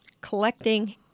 collecting